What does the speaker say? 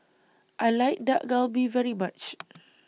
I like Dak Galbi very much